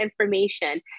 information